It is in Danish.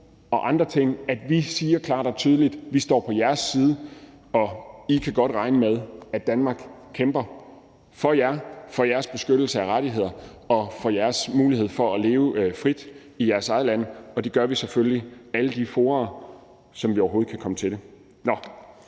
og andre ting: Vi står på jeres side; I kan godt regne med, at Danmark kæmper for jer, for jeres beskyttelse af rettigheder og for jeres mulighed for at leve frit i jeres eget land. Og det gør vi selvfølgelig i alle de fora, hvor vi overhovedet kan komme til det. Nå,